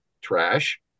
trash